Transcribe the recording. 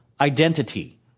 identity